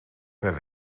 per